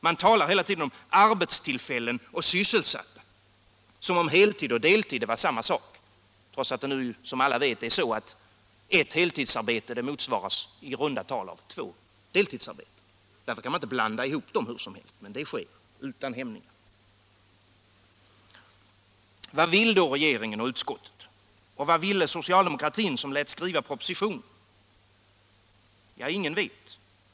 Man talar hela tiden om arbetstillfällen och om antalet sysselsatta som om heltid och deltid var samma sak, trots att som alla vet ett heltidsarbete motsvaras i runda tal av två deltidsarbeten. Därför kan man inte blanda ihop de båda sakerna hur som helst. Men det sker utan hämningar. Vad vill då regeringen och utskottet? Och vad ville socialdemokratin, som lät skriva propositionen? Ja, ingen vet.